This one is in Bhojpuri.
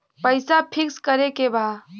पैसा पिक्स करके बा?